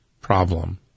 problem